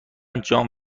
جان